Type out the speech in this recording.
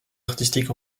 artistique